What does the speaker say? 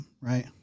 right